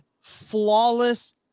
flawless